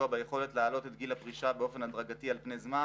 ביכולת להעלות את גיל הפרישה באופן הדרגתי על פני זמן